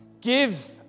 Give